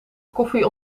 koffie